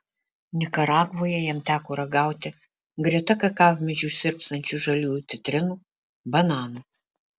nikaragvoje jam teko ragauti greta kakavmedžių sirpstančių žaliųjų citrinų bananų